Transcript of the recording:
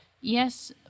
Yes